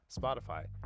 spotify